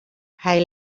hij